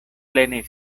plene